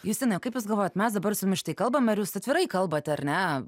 justinai o kaip jūs galvojat mes dabar su jumis štai kalbame ir jūs atvirai kalbate ar ne